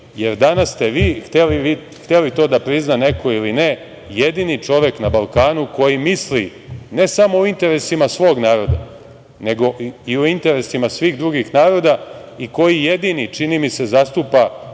jer danas ste vi, hteo to da prizna neko ili ne, jedini čovek na Balkanu koji misli, ne samo o interesima svog naroda, nego i o interesima svih drugih naroda i koji jedini čini mi se zastupa